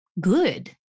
good